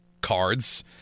cards